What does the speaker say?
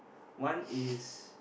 one is